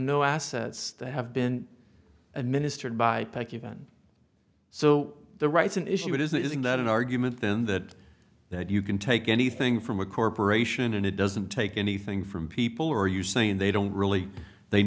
no assets they have been administered by back event so the rights an issue it isn't that an argument then that that you can take anything from a corporation and it doesn't take anything from people are you saying they don't really they